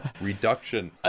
reduction